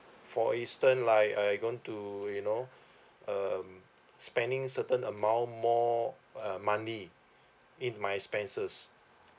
for instance like I'm going to you know um spending certain amount more uh monthly in my expenses